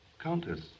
Countess